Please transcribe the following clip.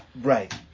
Right